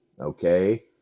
okay